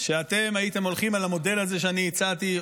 שאתם הייתם הולכים על המודל הזה שהצעתי,